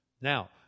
Now